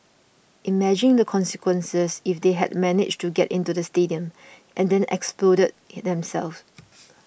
imagine the consequences if they had managed to get into the stadium and then exploded themselves